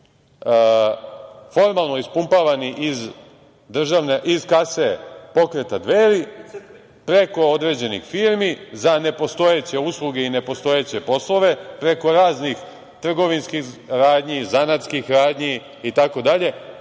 formalno ispumpavani iz kase Pokreta Dveri, preko određenih firmi za nepostojeće usluge i nepostojeće poslove, preko raznih trgovinskih radnji i zanatskih radnji itd.